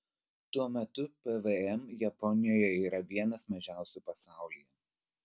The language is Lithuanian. tuo metu pvm japonijoje yra vienas mažiausių pasaulyje